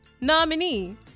Nominee